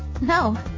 No